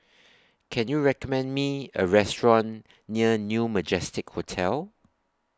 Can YOU recommend Me A Restaurant near New Majestic Hotel